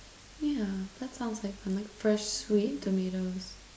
yeah that sounds like fresh sweet tomatoes